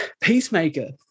Peacemaker